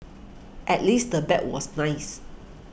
at least the bag was nice